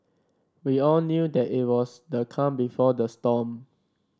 we all knew that it was the calm before the storm